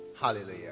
Hallelujah